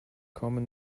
common